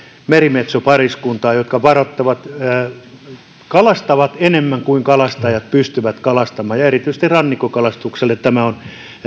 merimetsopariskuntaa jotka kalastavat enemmän kuin kalastajat pystyvät kalastamaan ja erityisesti rannikkokalastukselle tämä on